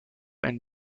and